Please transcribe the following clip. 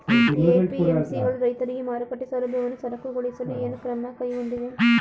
APMC ಗಳು ರೈತರಿಗೆ ಮಾರುಕಟ್ಟೆ ಸೌಲಭ್ಯವನ್ನು ಸರಳಗೊಳಿಸಲು ಏನು ಕ್ರಮ ಕೈಗೊಂಡಿವೆ?